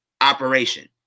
operation